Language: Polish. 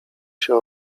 się